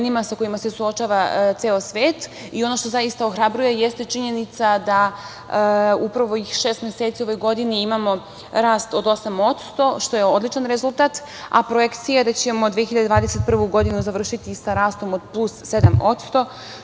Ono što zaista ohrabruje jeste činjenica da upravo ovih šest meseci u ovoj godini imamo rast od 8%, što je odličan rezultat, a projekcija je da ćemo 2021. godinu završiti sa rastom od plus 7%,